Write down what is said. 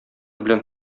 белән